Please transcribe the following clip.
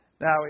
Now